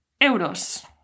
euros